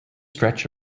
stretch